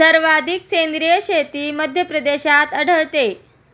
सर्वाधिक सेंद्रिय शेती मध्यप्रदेशात आढळते